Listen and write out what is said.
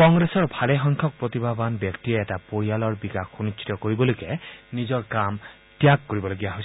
কংগ্ৰেছৰ ভালেসংখ্যক প্ৰতিভাবান ব্যক্তিয়ে এটা পৰিয়ালৰ বিকাশ সুনিশ্চিত কৰিবলৈকে নিজৰ কাম ত্যাগ কৰিবলগীয়া হৈছে